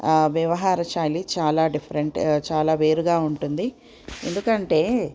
వ్యవహార శైలి చాలా డిఫరెంట్ చాలా వేరుగా ఉంటుంది ఎందుకంటే